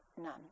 none